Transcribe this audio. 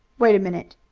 wait a minute.